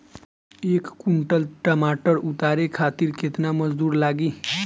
एक कुंटल टमाटर उतारे खातिर केतना मजदूरी लागी?